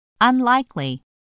Unlikely